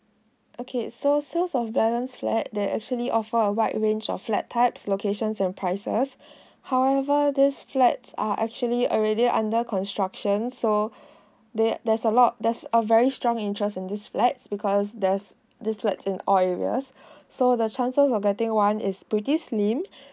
okay so sales of balance flat that actually offer a wide range of flat types locations and prices however this flat are actually already under construction so there there's a lot there's a very strong interest in this flat because there's this flat in all areas so the chances of getting one is pretty slim